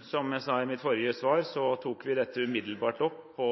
Som jeg sa i mitt forrige svar, tok vi dette umiddelbart opp på